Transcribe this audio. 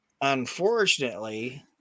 unfortunately